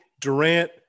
Durant